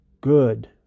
good